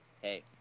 Hey